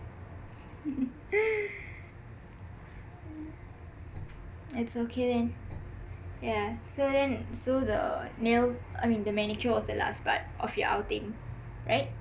it's okay then yah so then so the nail I mean the manicure was the last part of your outing right